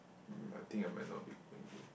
I think I might not be going to